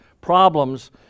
problems